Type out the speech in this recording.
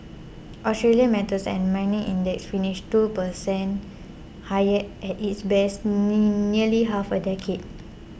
Australia's metals and mining index finished two percent higher at its best in nearly half a decade